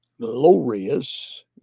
glorious